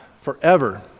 forever